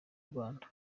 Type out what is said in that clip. rwanda